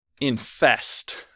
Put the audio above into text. infest